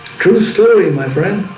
to serving my friend